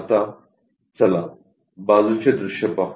आता चला बाजूचे दृश्य पाहू